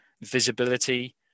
visibility